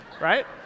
right